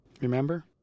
Remember